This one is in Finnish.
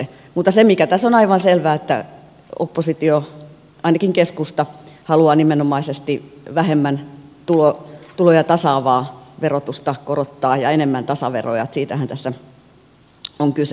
mutta se mikä tässä on aivan selvää on se että oppositio ainakin keskusta haluaa nimenomaisesti vähemmän tuloja tasaavaa verotusta korottaa ja enemmän tasaveroja siitähän tässä on kyse